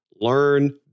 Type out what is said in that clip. learn